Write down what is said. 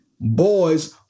boys